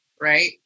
Right